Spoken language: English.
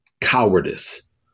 cowardice